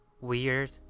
weird